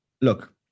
look